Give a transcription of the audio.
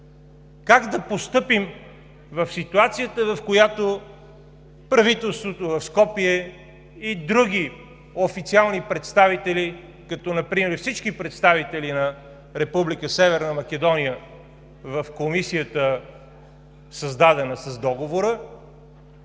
как да постъпим в ситуацията, в която правителството в Скопие и други официални представители, като например всички представители на Република Северна Македония в Комисията, създадена с Договора,